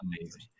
amazing